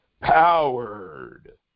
Powered